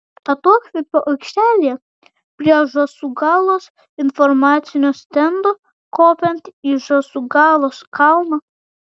atokvėpio aikštelėje prie žąsūgalos informacinio stendo kopiant į žąsūgalos kalną